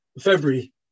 February